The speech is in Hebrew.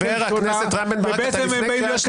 בעצם יש כאן